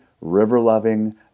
river-loving